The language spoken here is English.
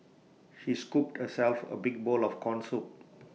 she scooped herself A big bowl of Corn Soup